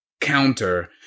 counter